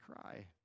cry